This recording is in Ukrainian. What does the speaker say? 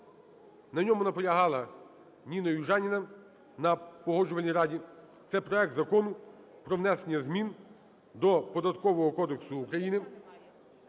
На ньому наполягала Ніна Южаніна на Погоджувальній раді. Це проект Закону про внесення змін до